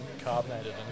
carbonated